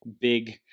big